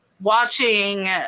Watching